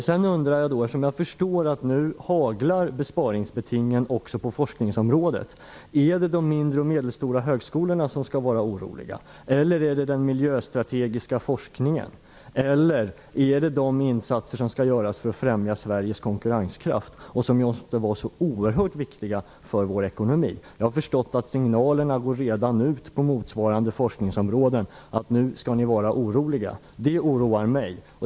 Besparingsbetingen haglar nu även över forskningsområdet. Är det de mindre och medelstora högskolorna som har skäl att vara oroliga eller är det den miljöstrategiska forskningen? Eller gäller det kanske de insatser som skall göras för att främja Sveriges konkurrenskraft och som måste vara oerhört viktiga för vår ekonomi? Jag har förstått att det redan går ut signaler till motsvarande forskningsområden om att man där skall vara orolig. Det oroar mig.